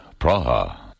Praha